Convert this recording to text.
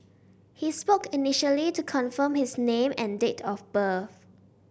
he spoke initially to confirm his name and date of birth